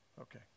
Okay